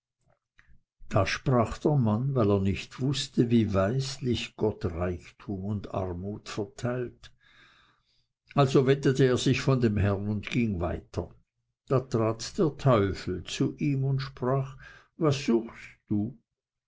das sprach der mann weil er nicht wußte wie weislich gott reichtum und armut verteilt also wendete er sich von dem herrn und ging weiter da trat der teufel zu ihm und sprach was suchst du